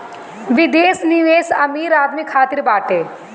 विदेश निवेश अमीर आदमी खातिर बाटे